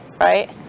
right